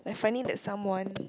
the finding that someone